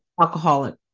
alcoholic